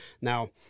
Now